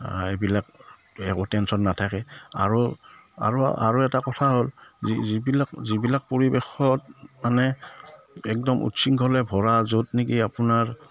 এইবিলাক একো টেনচন নাথাকে আৰু আৰু আৰু এটা কথা হ'ল যি যিবিলাক যিবিলাক পৰিৱেশত মানে একদম উচ্ছৃঙ্খলে ভৰা য'ত নেকি আপোনাৰ